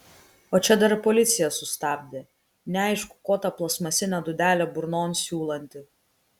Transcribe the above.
o čia dar policija sustabdė neaišku ko tą plastmasinę dūdelę burnon siūlanti